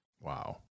Wow